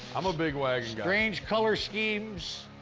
i'm a big wagon guy. strange color schemes.